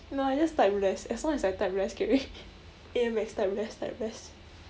no I just type less as long as I type less can already A_M_S type less type less